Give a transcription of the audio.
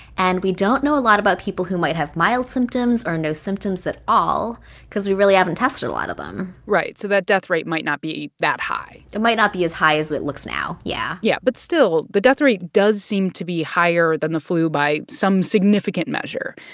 and we don't know a lot about people who might have mild symptoms or no symptoms at all because we really haven't tested a lot of them right. so that death rate might not be that high it might not be as high as it looks now, yeah yeah. but still the death rate does seem to be higher than the flu by some significant measure,